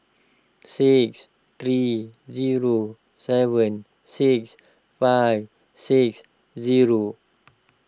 six three zero seven six five six zero